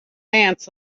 ants